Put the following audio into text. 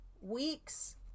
weeks